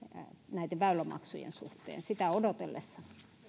näitten väylämaksujen suhteen sitä odotellessa